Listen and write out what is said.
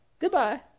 goodbye